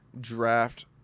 draft